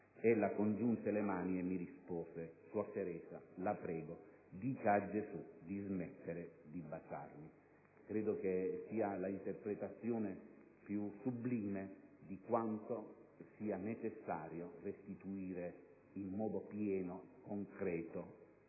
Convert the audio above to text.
Ella congiunse le mani e mi rispose: Suor Teresa, la prego, dica a Gesù di smettere di baciarmi». Credo sia l'interpretazione più sublime di quanto sia necessario restituire in modo pieno e concreto